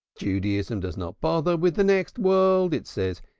judaism does not bother with the next world. it says,